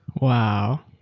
wow.